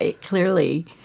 clearly